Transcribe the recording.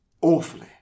awfully